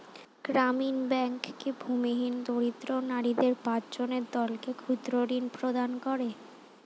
গ্রামীণ ব্যাংক কি ভূমিহীন দরিদ্র নারীদের পাঁচজনের দলকে ক্ষুদ্রঋণ প্রদান করে?